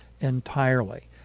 entirely